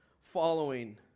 following